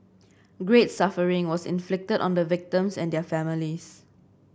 great suffering was inflicted on the victims and their families